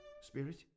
spirit